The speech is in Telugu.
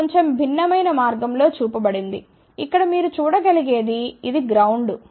ఇది కొంచెం భిన్నమైన మార్గం లో చూపబడింది ఇక్కడ మీరు చూడగలిగేది ఇది గ్రౌండ్